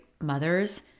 mothers